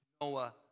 Noah